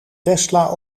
tesla